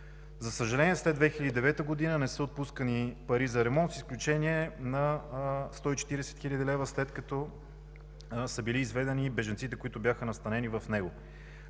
За съжаление, след 2009 г. не са отпускани пари за ремонт, с изключение на 140 хил. лв., след като са били изведени бежанците, които бяха настанени в него.